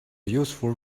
useful